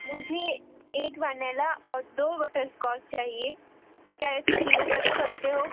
मुझे एक वनेला और दो बटरस्कॉच चाहिए क्या इसकी क़ीमत बता सकते हो